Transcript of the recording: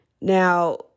Now